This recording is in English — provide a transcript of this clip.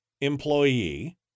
employee